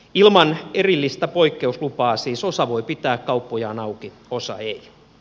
ilman erillistä poikkeuslupaa siis osa voi pitää kauppojaan auki osa ei